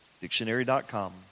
Dictionary.com